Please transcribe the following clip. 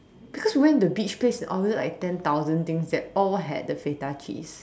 because we went to the beach place and ordered like ten thousand things they all had the Feta cheese